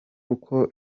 kuko